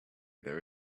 there